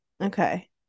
Okay